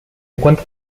encuentra